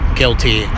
guilty